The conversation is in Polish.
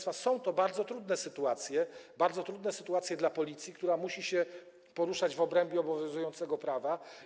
To bardzo trudne sytuacje, bardzo trudne sytuacje dla Policji, która musi się poruszać w obrębie obowiązującego prawa.